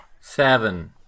Seven